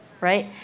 right